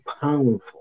powerful